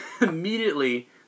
immediately